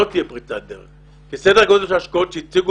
לא תהיה פריצת דרך כי סדר גודל של השקעות שהציגו